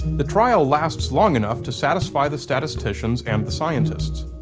the trial lasts long enough to satisfy the statisticians and the scientists.